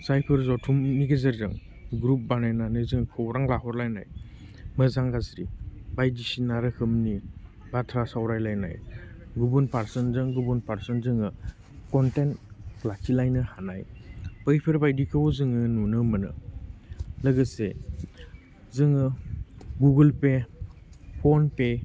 जायफोर जथुमनिनि गेजेरजों ग्रुप बानायनानै जों खौरां लाहरलायनाय मोजां गाज्रि बायदिसिना रोखोमनि बाथ्रा सावरायलायनाय गुबुन पारसनजों गुबुन पारसन जोङो कनटेक्ट लाखिलायनो हानाय बैफोर बायदिखौ जोङो नुनो मोनो लोगोसे जोङो गुगोलपे फनपे